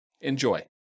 Enjoy